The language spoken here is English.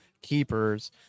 keepers